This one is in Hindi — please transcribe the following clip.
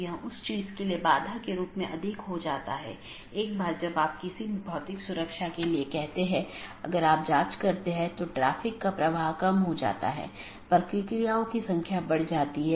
यह एक बड़े आईपी नेटवर्क या पूरे इंटरनेट का छोटा हिस्सा है